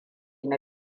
na